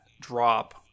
drop